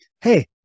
Hey